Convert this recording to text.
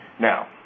Now